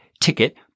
ticket